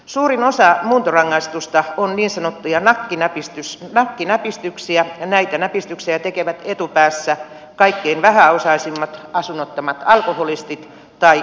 suurin osa muuntorangaistuksista on niin sanottuja nakkinäpistyksiä ja näitä näpistyksiä tekevät etupäässä kaikkein vähäosaisimmat asunnottomat alkoholistit tai narkomaanit